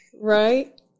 right